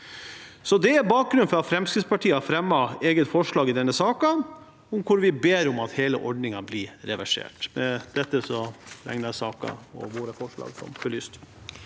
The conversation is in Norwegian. Det er bakgrunnen for at Fremskrittspartiet har fremmet et eget forslag i denne saken, hvor vi ber om at hele ordningen blir reversert. Med dette regner jeg denne saken som belyst